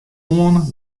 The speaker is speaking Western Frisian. oan